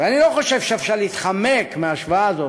ואני לא חושב שאפשר להתחמק מההשוואה הזאת,